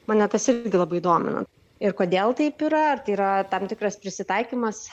mane tas irgi labai domina ir kodėl taip yra ar tai yra tam tikras prisitaikymas